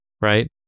right